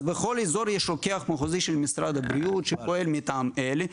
אז בכול אזור יש רוקח מחוזי של משרד הבריאות שפועל מטעם אלי,